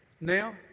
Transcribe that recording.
Now